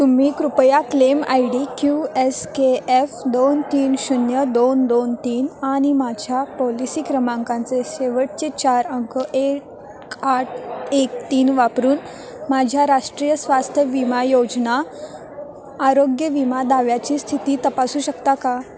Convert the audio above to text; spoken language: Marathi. तुम्ही कृपया claim I D Q S K F दोन तीन शून्य दोन दोन तीन आणि माझ्या पॉलिसी क्रमांकांचे शेवटचे चार अंक एट आठ एक तीन वापरून माझ्या राष्ट्रीय स्वास्थ्य विमा योजना आरोग्य विमा दाव्याची स्थिती तपासू शकता का